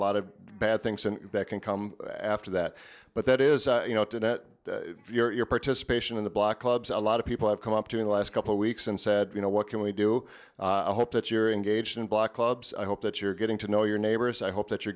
lot of bad things and that can come after that but that is you know it did at your participation in the black clubs a lot of people have come up to in the last couple weeks and said you know what can we do hope that you're engaged in black clubs i hope that you're getting to know your neighbors i hope that you're